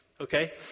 okay